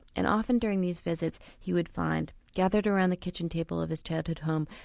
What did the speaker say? and often during these visits he would find, gathered around the kitchen table of his childhood home,